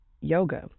yoga